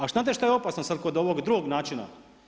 A znate šta je opasno sad kod ovog drugog načina?